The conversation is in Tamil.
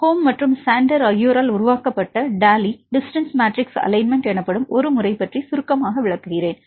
ஹோல்ம் மற்றும் சாண்டர் ஆகியோரால் உருவாக்கப்பட்ட டாலி டிஸ்டன்ஸ் மேட்ரிக்ஸ் அலைன்மெண்ட் எனப்படும் ஒரு முறை பற்றி சுருக்கமாக விளக்குகிறேன்